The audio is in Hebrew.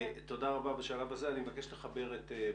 תודה רבה בשלב הזה, אני מבקש לחבר את פרופ'